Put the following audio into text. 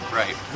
right